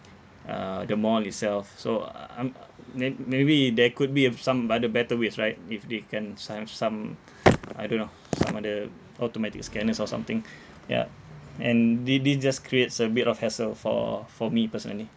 uh the mall itself so uh uh um may~ maybe there could be of some other better ways right if they can find some I don't know some other automatic scanners or something ya and they they just creates a bit of hassle for for me personally